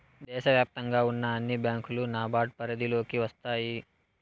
దేశ వ్యాప్తంగా ఉన్న అన్ని బ్యాంకులు నాబార్డ్ పరిధిలోకి వస్తాయి